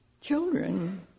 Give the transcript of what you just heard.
Children